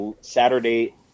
Saturday